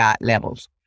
levels